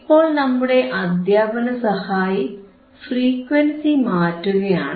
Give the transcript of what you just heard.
ഇപ്പോൾ നമ്മുടെ അധ്യാപന സഹായി ഫ്രീക്വൻസി മാറ്റുകയാണ്